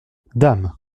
dame